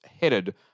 headed